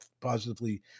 positively